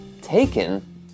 taken